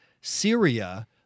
Syria—